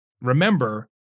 remember